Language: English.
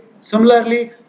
Similarly